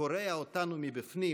קורע אותנו מבפנים